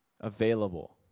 available